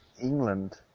England